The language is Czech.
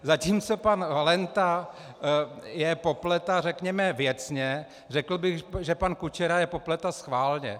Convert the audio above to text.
Zatímco pan Valenta je popleta, řekněme, věcně, řekl bych, že pan Kučera je popleta schválně.